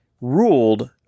ruled